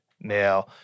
Now